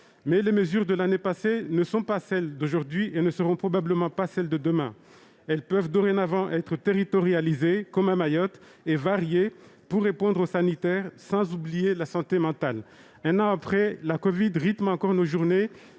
les mesures de l'année passée ne sont plus celles d'aujourd'hui et ne seront probablement pas celles de demain. Elles peuvent dorénavant être territorialisées, comme à Mayotte, et variées, pour répondre aux besoins sanitaires sans oublier la santé mentale. Un an après, la covid rythme encore nos journées,